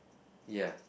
ya